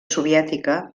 soviètica